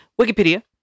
Wikipedia